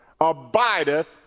abideth